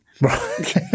Right